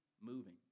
moving